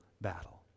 battle